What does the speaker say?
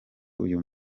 uyu